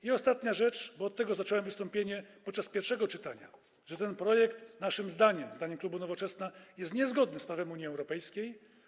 I ostatnia rzecz, bo od tego zacząłem wystąpienie podczas pierwszego czytania, że ten projekt, naszym zdaniem, zdaniem klubu Nowoczesna, jest niezgodny z prawem Unii Europejskiej.